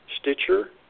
Stitcher